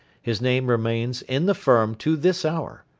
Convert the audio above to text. his name remains in the firm to this hour.